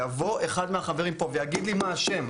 יבוא אחד מהחברים פה ויגיד לי מה השם,